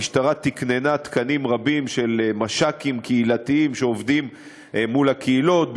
המשטרה תקננה תקנים רבים של מש"קים קהילתיים שעובדים מול הקהילות,